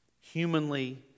humanly